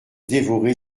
dévorer